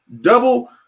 double